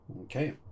Okay